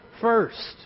first